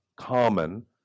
common